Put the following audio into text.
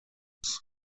this